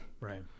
Right